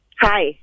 hi